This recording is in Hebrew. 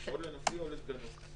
אז לנשיא או לסגנו.